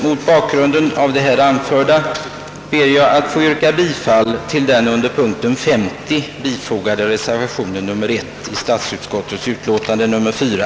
Mot bakgrunden av det anförda ber jag att få yrka bifall till den vid punkten 50 fogade reservationen 1 i statsutskottets utlåtande nr 4.